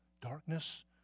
darkness